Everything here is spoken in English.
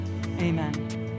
amen